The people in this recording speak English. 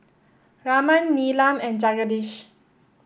Raman Neelam and Jagadish